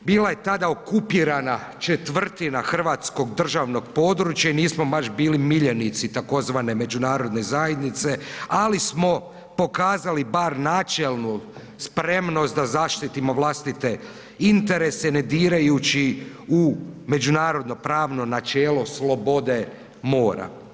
Bila je tada okupirana četvrtina Hrvatskog državnog područja i nismo baš bili miljenici tzv. međunarodne zajednice, ali smo pokazali bar načelnu spremnost da zaštitimo vlastite interese ne dirajući u međunarodno pravno načelo slobode mora.